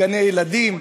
גני-ילדים,